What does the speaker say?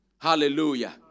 Hallelujah